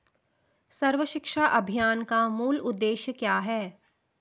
सर्व शिक्षा अभियान का मूल उद्देश्य क्या है?